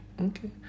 Okay